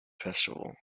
festival